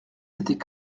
s’était